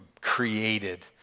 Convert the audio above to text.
created